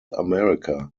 america